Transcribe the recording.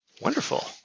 Wonderful